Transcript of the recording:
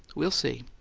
we'll see.